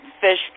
fish